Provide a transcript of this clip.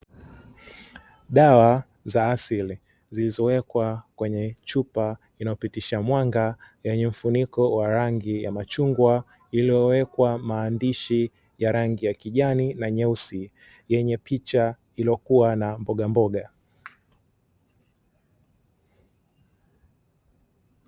Dawa za asili zilizowekwa kwenye chupa inayopitisha mwanga yenye mfuniko wa rangi ya machungwa, iliyowekwa maandishi ya rangi ya kijani na nyeusi yenye picha iliyokuwa na mbogamboga.